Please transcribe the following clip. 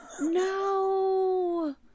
No